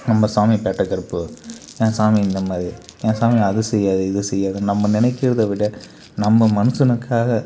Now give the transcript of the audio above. நம்ம சாமி பேட்டைக்கருப்பு என் சாமி இந்தமாதிரி என் சாமி அதை செய்யாது இது செய்யாதுனு நம்ம நினைக்கிறத விட நம்ம மனுஷனுக்காக